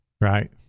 Right